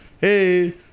hey